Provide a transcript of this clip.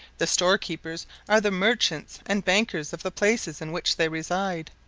the storekeepers are the merchants and bankers of the places in which they reside.